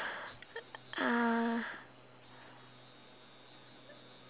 uh